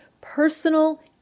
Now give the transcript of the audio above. personal